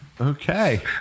Okay